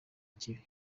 ikibi